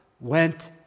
went